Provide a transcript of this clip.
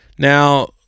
Now